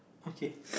okay